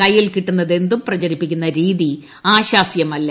കൈയിൽ കിട്ടുന്നതെന്തും പ്രചരിപ്പിക്കുന്ന രീതി ആശാസ്യമല്ല